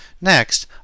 Next